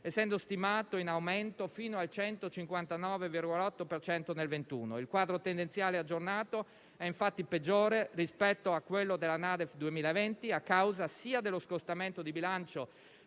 del PIL - ma invece aumenta fino al 159,8 per cento nel 2021. Il quadro tendenziale aggiornato è infatti peggiore rispetto a quello della NADEF 2020 a causa sia dello scostamento di bilancio